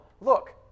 look